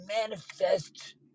manifest